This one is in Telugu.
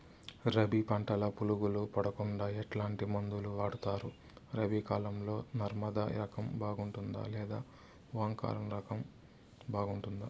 రబి పంటల పులుగులు పడకుండా ఎట్లాంటి మందులు వాడుతారు? రబీ కాలం లో నర్మదా రకం బాగుంటుందా లేదా ఓంకార్ రకం బాగుంటుందా?